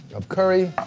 of curry.